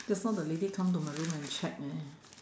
just now the lady come to my room and check leh